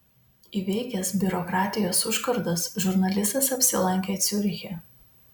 įveikęs biurokratijos užkardas žurnalistas apsilankė ciuriche